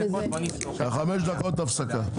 חמש דקות הפסקה.